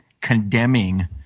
condemning